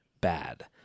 bad